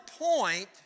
point